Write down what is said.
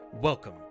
Welcome